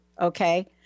Okay